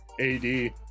Ad